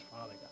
father